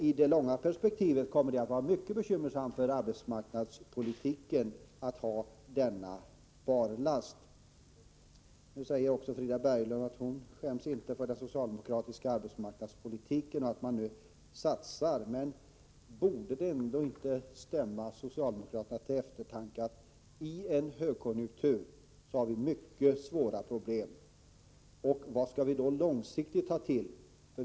I det långa perspektivet kommer det att vara mycket bekymmersamt för arbetsmarknadspolitiken med denna barlast. Frida Berglund säger också att hon inte skäms för den socialdemokratiska arbetsmarknadspolitiken och att regeringen nu gör en satsning. Men borde det inte stämma socialdemokraterna till eftertanke att vi i en högkonjunktur har mycket svåra problem? Vilka åtgärder skall vi då ta till långsiktigt?